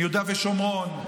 מיהודה ושומרון,